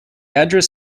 address